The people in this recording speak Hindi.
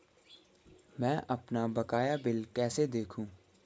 मैं अपना बकाया बिल कैसे देखूं?